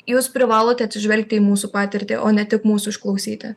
jūs privalote atsižvelgti į mūsų patirtį o ne tik mūsų išklausyti